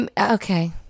Okay